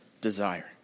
desire